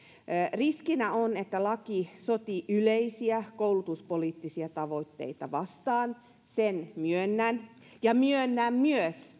riskinä on että laki sotii yleisiä koulutuspoliittisia tavoitteita vastaan sen myönnän ja myönnän myös